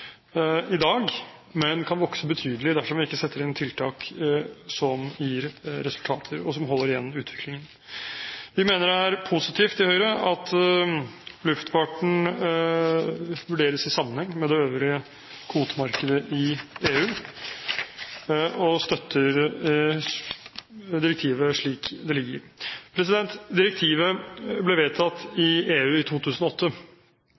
dag, men kan vokse betydelig dersom vi ikke setter inn tiltak som gir resultater, og som holder igjen utviklingen. Høyre mener det er positivt at luftfarten vurderes i sammenheng med det øvrige kvotemarkedet i EU, og støtter direktivet slik det ligger. Direktivet ble vedtatt i EU i 2008,